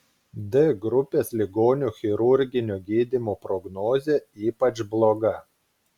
d grupės ligonių chirurginio gydymo prognozė ypač bloga